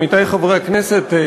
עמיתי חברי הכנסת,